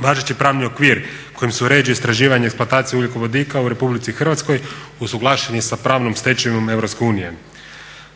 Važeći pravni okvir kojim se uređuje istraživanje i eksploatacija ugljikovodika u Republici Hrvatskoj usuglašen je sa pravnom stečevinom Europske unije.